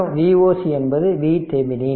மற்றும் Voc என்பது VThevenin